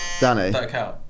Danny